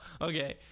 Okay